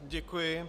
Děkuji.